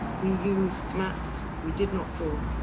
we use maps we did not draw.